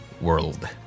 world